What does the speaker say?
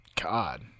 god